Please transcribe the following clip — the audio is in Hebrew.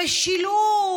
המשילות,